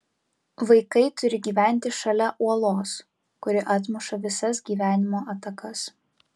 vaikai turi gyventi šalia uolos kuri atmuša visas gyvenimo atakas